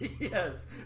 Yes